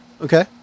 Okay